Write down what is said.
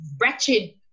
wretched